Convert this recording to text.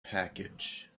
package